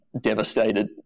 devastated